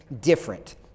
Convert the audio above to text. different